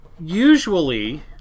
usually